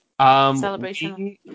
celebration